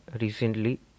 recently